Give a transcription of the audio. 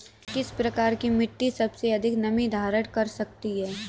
किस प्रकार की मिट्टी सबसे अधिक नमी धारण कर सकती है?